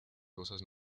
cosas